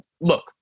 look